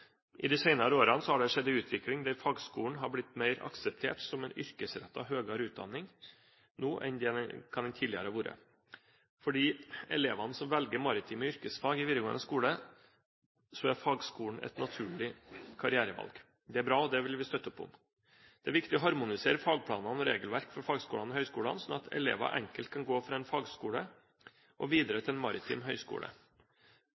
I de senere årene har det skjedd en utvikling der fagskolen har blitt mer akseptert som en yrkesrettet høyere utdanning nå enn det den har vært tidligere. For de elevene som velger maritime yrkesfag i videregående skole, er fagskolen et naturlig karrierevalg. Det er bra, og det vil vi støtte opp om. Det er viktig å harmonisere fagplanene og regelverket for fagskolene og høyskolene, slik at elever enkelt kan gå fra en fagskole og videre